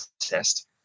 test